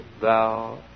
thou